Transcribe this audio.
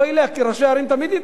כי ראשי ערים תמיד יתנגדו.